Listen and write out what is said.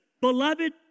beloved